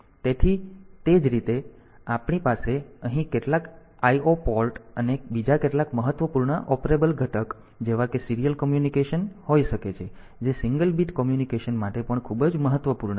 તેથી તે જ રીતે આપણી પાસે અહીં કેટલાક IO પોર્ટ અને બીજા કેટલાક મહત્વપૂર્ણ ઓપરેબલ ઘટક જેવા કે સીરીયલ કોમ્યુનિકેશન હોઈ શકે છે જે સિંગલ બીટ કોમ્યુનિકેશન માટે પણ ખૂબ જ મહત્વપૂર્ણ છે